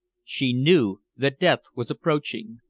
she knew that death was approaching.